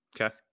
Okay